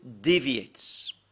deviates